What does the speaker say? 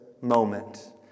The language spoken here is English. moment